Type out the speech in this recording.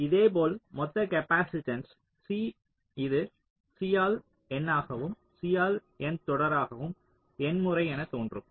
இதேபோல் மொத்த capacitance C இது C ஆல் N ஆகவும் C ஆல் N தொடராகவும் N முறை என தோன்றும்